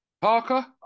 Parker